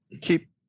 keep